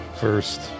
First